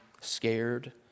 scared